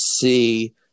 see